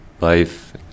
life